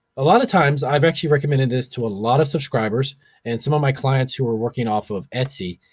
a lot of times i've actually recommended this to a lot of subscribers and some of my clients who are working off of etsy.